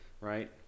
right